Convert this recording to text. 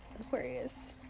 Aquarius